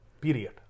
period